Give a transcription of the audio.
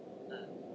mm